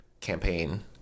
campaign